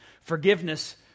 Forgiveness